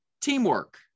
teamwork